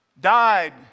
died